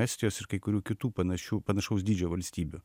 estijos ir kai kurių kitų panašių panašaus dydžio valstybių